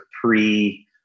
pre